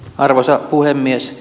arvoisa puhemies